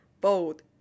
bold